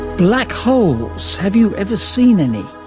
black holes. have you ever seen any?